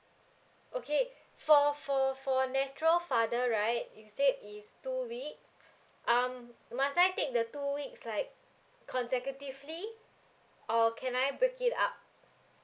okay for for for natural father right you said it's two weeks um must I take the two weeks like consecutively or can I break it up